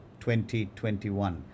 2021